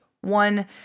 One